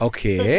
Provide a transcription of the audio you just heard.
Okay